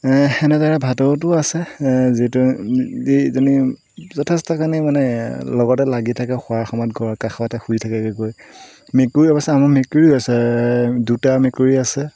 এনেদৰে ভাটৌটো আছে যিটো যথেষ্টখিনি মানে লগতে লাগি থাকে শুৱাৰ সময়ত কাষতে শুই থাকে গৈ মেকুৰী অৱশ্যে আমাৰ মেকুৰী আছে দুটা মেকুৰী আছে